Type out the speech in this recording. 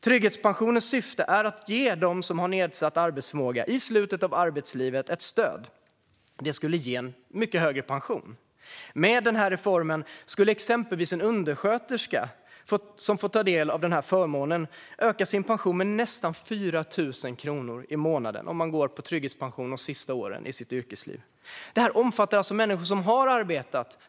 Trygghetspensionens syfte är att ge dem som har nedsatt arbetsförmåga i slutet av arbetslivet ett stöd, vilket skulle ge en betydligt högre pension. Med den här reformen skulle exempelvis en undersköterska som får ta del av förmånen öka sin pension med nästan 4 000 kronor i månaden om hon får trygghetspension under de sista åren av sitt yrkesliv. Detta omfattar alltså människor som har arbetat.